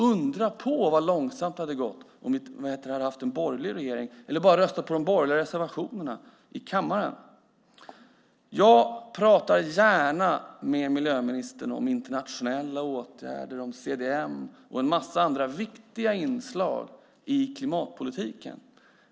Undra på vad långsamt det hade gått om vi hade haft en borgerlig regering eller röstat på de borgerliga reservationerna i kammaren. Jag pratar gärna med miljöministern om internationella åtgärder och om CDM och en massa andra viktiga inslag i klimatpolitiken.